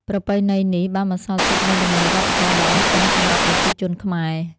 ប្រពៃណីនេះបានបន្សល់ទុកនូវតម្លៃវប្បធម៌ដ៏អស្ចារ្យសម្រាប់ប្រជាជនខ្មែរ។